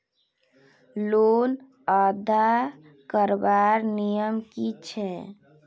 Loan अदा करवार नियम की छे?